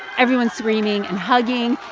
everyone's screaming and hugging.